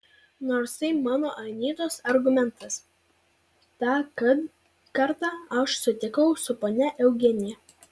nors tai mano anytos argumentas tą kartą aš sutikau su ponia eugenija